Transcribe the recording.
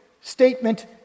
statement